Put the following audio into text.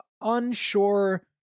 unsure